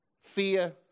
fear